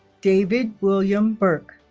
david william burke